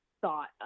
thought